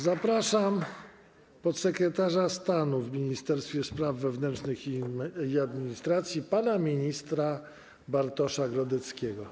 Zapraszam podsekretarza stanu w Ministerstwie Spraw Wewnętrznych i Administracji pana ministra Bartosza Grodeckiego.